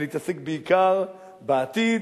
ולהתעסק בעיקר בעתיד,